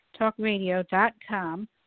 talkradio.com